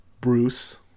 Bruce